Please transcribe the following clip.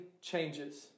changes